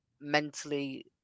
mentally